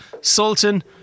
Sultan